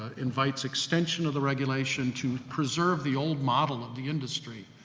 ah invites extension of the regulation to preserve the old model of the industry